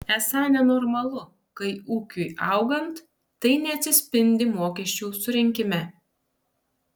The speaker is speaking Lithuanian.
esą nenormalu kai ūkiui augant tai neatsispindi mokesčių surinkime